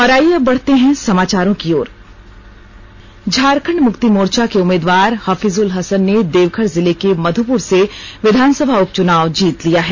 और आइए बढते हैं अब समाचारों की ओर झारखंड मुक्ति मोर्चा के उम्मीदवार हफीजुल हसन ने देवघर जिले के मध्यपूर से विधानसभा उपचुनाव जीत लिया है